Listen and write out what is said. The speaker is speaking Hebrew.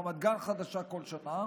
רמת גן חדשה כל שנה,